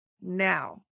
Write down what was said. now